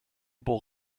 bowl